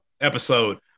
episode